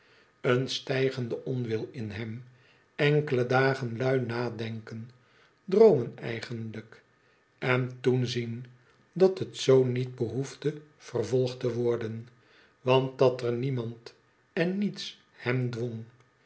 een stijgende onwil in hem enkele dagen lui nadenken droomen eigenlijk en toen zien dat het zoo niet behoefde vervolgd te worden want dat er niemand en niets hem dwong